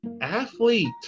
athlete